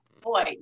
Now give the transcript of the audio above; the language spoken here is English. Boy